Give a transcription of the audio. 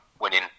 winning